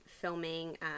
filming